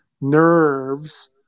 nerves